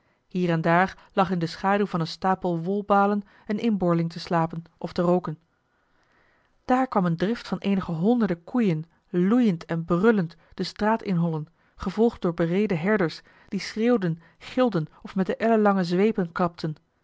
hier en daar lag in de eli heimans willem roda schaduw van een stapel wolbalen een inboorling te slapen of te rooken daar kwam eene drift van eenige honderden koeien loeiend en brullend de straat inhollen gevolgd door bereden herders die schreeuwden gilden of met de ellenlange zweepen klapten